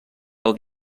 del